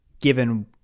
given